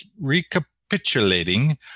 recapitulating